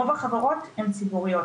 רוב החברות הן ציבוריות,